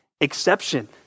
exception